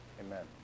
Amen